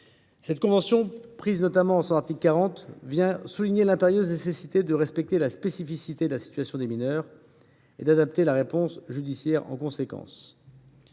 Cette convention, notamment son article 40, souligne l’impérieuse nécessité de respecter la spécificité de la situation des mineurs et d’adapter la réponse judiciaire en conséquence.